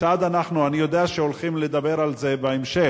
כיצד אנחנו, אני יודע שהולכים לדבר על זה בהמשך,